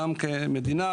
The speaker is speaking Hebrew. גם למדינה,